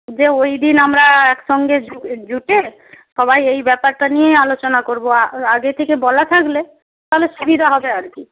যে ওই দিন আমরা একসঙ্গে জুটে সবাই এই ব্যাপারটা নিয়ে আলোচনা করব আগে থেকে বলা থাকলে তাহলে সুবিধা হবে আর কি